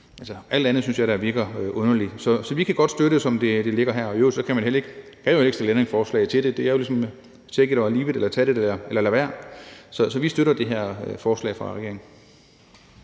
alt andet synes jeg da virker underligt. Så vi kan godt støtte det, som det ligger her, og i øvrigt kan man heller ikke stille ændringsforslag til det, for det er jo ligesom take it or leave it, altså tag det, eller lad være. Så vi støtter det her forslag fra regeringen.